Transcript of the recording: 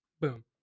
boom